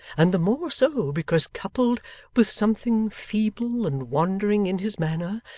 and the more so because coupled with something feeble and wandering in his manner,